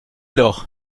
doch